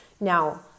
Now